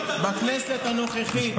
בכנסת הנוכחית.